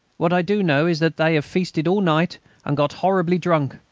what i do know is that they feasted all night and got horribly drunk.